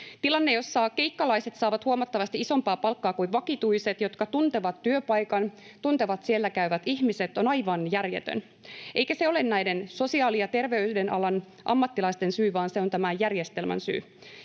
Tilanne, jossa keikkalaiset saavat huomattavasti isompaa palkkaa kuin vakituiset, jotka tuntevat työpaikan, tuntevat siellä käyvät ihmiset, on aivan järjetön. Eikä se ole näiden sosiaali- ja terveydenalan ammattilaisten syy, vaan se on tämän järjestelmän syy.